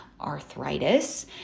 arthritis